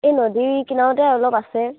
এই নদী কিনাৰতে অলপ আছে